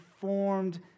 formed